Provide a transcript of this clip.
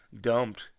dumped